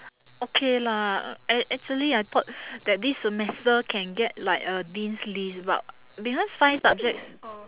okay lah act~ actually I thought that this semester can get like a dean's list because five subjects